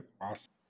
awesome